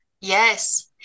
yes